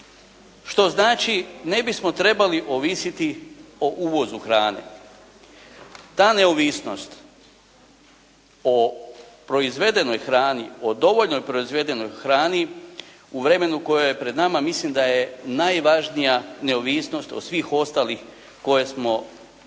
što znači ne bismo trebali ovisiti o uvozu hrane. Ta neovisnost o proizvedenoj hrani, o dovoljnoj proizvedenoj hrani u vremenu koje je pred nama mislim da je najvažnija neovisnost od svih ostalih koje smo do